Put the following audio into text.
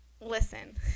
Listen